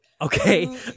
Okay